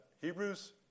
Hebrews